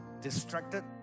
distracted